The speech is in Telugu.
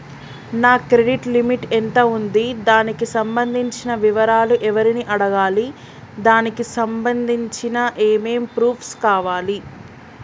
నా క్రెడిట్ లిమిట్ ఎంత ఉంది? దానికి సంబంధించిన వివరాలు ఎవరిని అడగాలి? దానికి సంబంధించిన ఏమేం ప్రూఫ్స్ కావాలి?